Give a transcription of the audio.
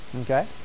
Okay